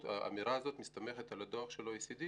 והאמירה הזאת מסתמכת על הדוח של OECD,